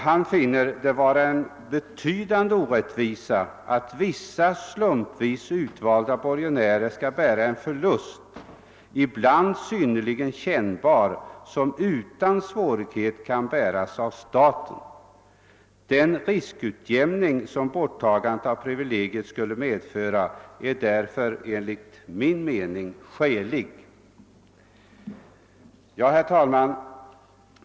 Han »finner det vara en betydande orättvisa att vissa slumpvis utvalda borgenärer skall bära en förlust, ibland synnerligen kännbar, som utan svårighet kan bäras av staten. Den riskutjämning som borttagandet av privilegiet skulle medföra är därför enligt stadsfogdens mening skälig.» Herr talman!